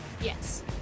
Yes